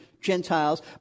Gentiles